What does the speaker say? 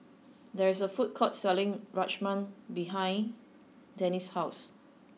there is a food court selling Rajma behind Dean's house